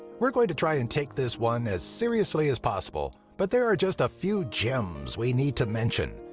we're going to try and take this one as seriously as possible, but there are just a few gems we need to mention.